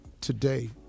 today